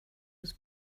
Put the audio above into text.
was